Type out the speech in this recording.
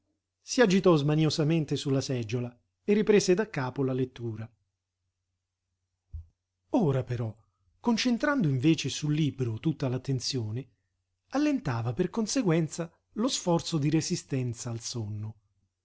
capiva si agitò smaniosamente su la seggiola e riprese daccapo la lettura ora però concentrando invece sul libro tutta l'attenzione allentava per conseguenza lo sforzo di resistenza al sonno